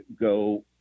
go